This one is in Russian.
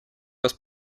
вас